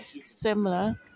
similar